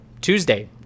Tuesday